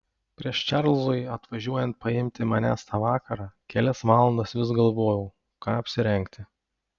prieš čarlzui atvažiuojant paimti manęs tą vakarą kelias valandas vis galvojau ką apsirengti